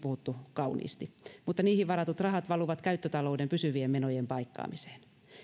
puhuttu kauniisti mutta niihin varatut rahat valuvat käyttötalouden pysyvien menojen paikkaamiseen